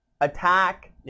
attack